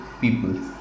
people